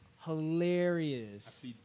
Hilarious